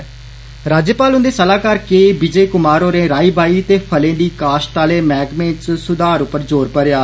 राज्यपाल हुन्दे सलाहकार के विजय कुमार होरें राई बाई ते फलें दी काश्त आहले मैहकमें च सुधार उप्पर जोर भरेआ